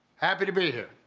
happy to be here.